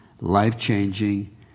life-changing